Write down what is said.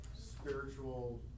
Spiritual